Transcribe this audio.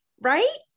Right